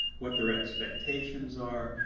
what their expectations are.